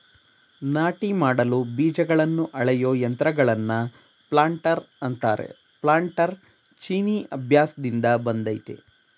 ನಾಟಿ ಮಾಡಲು ಬೀಜಗಳನ್ನ ಅಳೆಯೋ ಯಂತ್ರಗಳನ್ನ ಪ್ಲಾಂಟರ್ ಅಂತಾರೆ ಪ್ಲಾನ್ಟರ್ ಚೀನೀ ಅಭ್ಯಾಸ್ದಿಂದ ಬಂದಯ್ತೆ